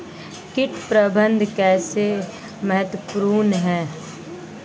कीट प्रबंधन कैसे महत्वपूर्ण है?